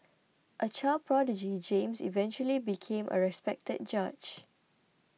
a child prodigy James eventually became a respected judge